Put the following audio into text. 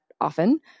often